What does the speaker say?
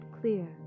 clear